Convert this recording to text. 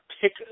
pick